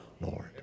Lord